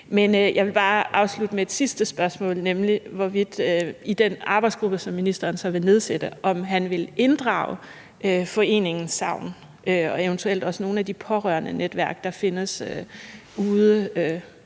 Jeg vil bare afslutte med et sidste spørgsmål, nemlig hvorvidt ministeren i den arbejdsgruppe, som han så vil nedsætte, vil inddrage foreningen SAVN og eventuelt også nogle af de pårørendenetværk, der findes ude